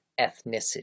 ethnicity